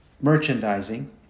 merchandising